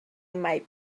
might